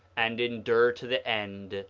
and endure to the end,